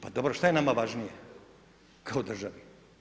Pa dobro, što je nama važnije kao državi?